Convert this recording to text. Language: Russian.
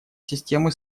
системы